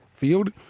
Field